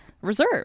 Reserve